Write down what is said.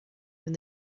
when